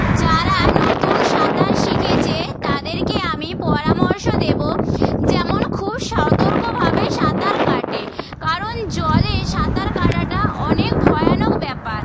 যারা নতুন সাঁতার শিখেছে তাদেরকে আমি পরামর্শ দেবো যেমন খুব সতর্কভাবে সাঁতার কাটে কারণ জলে সাঁতার কাটাটা অনেক ভয়ানক ব্যাপার